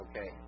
okay